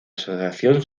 asociación